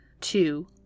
Two